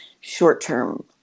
short-term